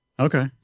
Okay